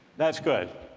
that's good,